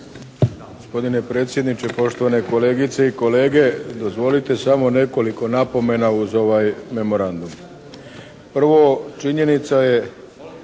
Gospodine predsjedniče, poštovane kolegice i kolege. Dozvolite samo nekoliko napomena uz ovaj memorandum. Prvo, činjenica je